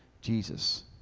Jesus